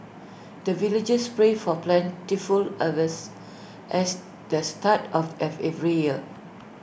the villagers pray for plentiful harvest as the start of every year